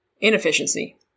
inefficiency